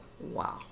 Wow